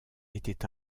était